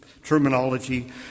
terminology